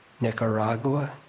Nicaragua